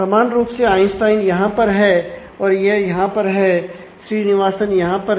समान रूप से आइंस्टाइन यहां पर है और यह यहां पर है श्रीनिवासन यहां पर है